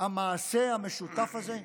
המעשה המשותף הזה.